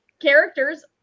characters